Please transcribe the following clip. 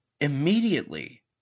immediately